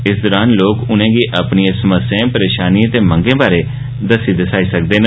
इस दरान लोक उनेंगी अपनिएसमस्याएं परेषानिएं ते मंगें बारे दस्सी दसाई सकदे न